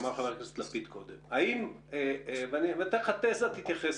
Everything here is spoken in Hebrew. תזה ואבקש את התייחסותך: